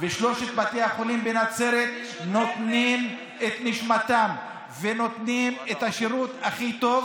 שלושת בתי החולים בנצרת נותנים את נשמתם ונותנים את השירות הכי טוב